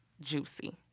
juicy